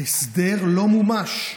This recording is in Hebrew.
ההסדר לא מומש.